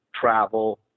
travel